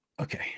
Okay